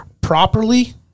properly